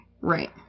Right